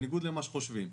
בניגוד למה שחושבים.